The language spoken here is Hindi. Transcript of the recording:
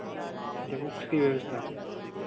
अच्छा बुक्स की व्यवस्था है